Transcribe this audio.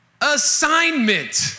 assignment